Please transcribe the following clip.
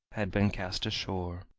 had been cast ashore.